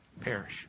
Perish